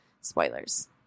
Spoilers